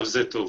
בבקשה.